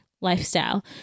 lifestyle